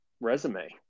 resume